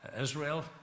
Israel